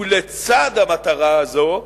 ולצד המטרה הזאת,